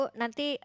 nanti